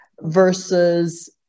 versus